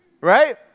Right